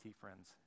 friends